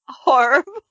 horrible